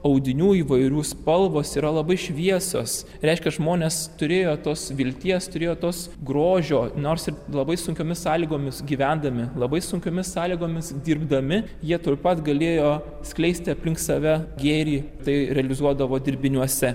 audinių įvairių spalvos yra labai šviesos reiškia žmonės turėjo tos vilties turėjo tos grožio nors ir labai sunkiomis sąlygomis gyvendami labai sunkiomis sąlygomis dirbdami jie taip pat galėjo skleisti aplink save gėrį tai realizuodavo dirbiniuose